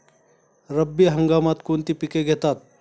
रब्बी हंगामात कोणती पिके घेतात?